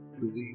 believe